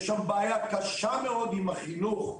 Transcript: יש שם בעיה קשה מאוד עם החינוך,